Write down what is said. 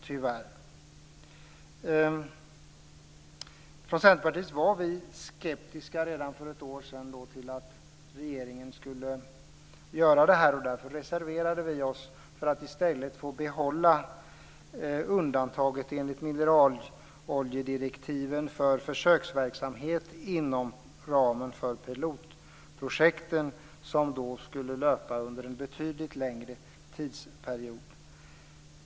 Vi var från Centerpartiet redan för ett år sedan skeptiska till att regeringen skulle göra det här, men vi reserverade oss i stället för att få behålla undantaget enligt mineraloljedirektiven för försöksverksamhet inom ramen för pilotprojekten, som då skulle löpa under en betydligt längre tidsperiod.